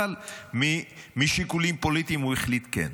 אבל משיקולים פוליטיים הוא החליט שכן.